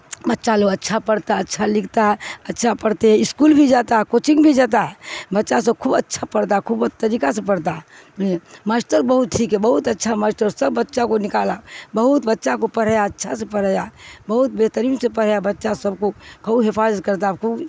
بچہ لوگ اچھا پڑھتا ہے اچھا لکھتا ہے اچھا پڑھتے اسکول بھی جاتا ہے کوچنگ بھی جاتا ہے بچہ سب خوب اچھا پڑھتا ہے خوب طریقہ سے پڑھتا ہے ماسٹر بہت ٹھیک ہے بہت اچھا ماسٹر سب بچہ کو نکالا بہت بچہ کو پڑھایا اچھا سے پڑھایا بہت بہترین سے پڑھایا بچہ سب کو خوب حفاظت کرتا ہے خوب